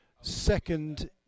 second